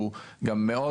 הוא גם מאוד,